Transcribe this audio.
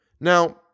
Now